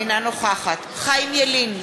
אינה נוכחת חיים ילין,